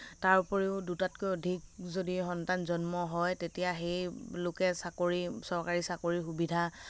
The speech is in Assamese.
তাৰোপৰিও দুটাতকৈ অধিক যদি সন্তান জন্ম হয় তেতিয়া সেই লোকে চাকৰি চকাৰী চাকৰিৰ সুবিধা